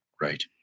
Right